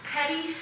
Petty